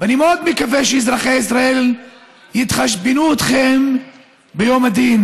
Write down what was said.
אני מאוד מקווה שאזרחי ישראל יתחשבנו איתכם ביום הדין,